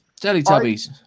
Teletubbies